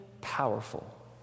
powerful